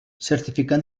certificat